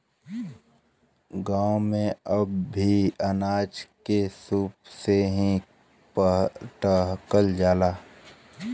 गांव में अब भी अनाज के सूप से ही फटकल जाला